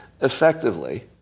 effectively